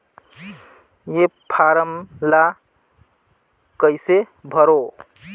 ये फारम ला कइसे भरो?